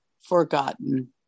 forgotten